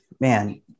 Man